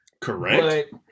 Correct